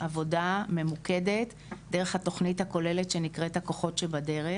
עבודה ממוקדת דרך התוכנית הכוללת שנקראת 'הכוחות שבדרך',